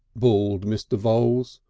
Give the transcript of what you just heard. bawled mr. voules.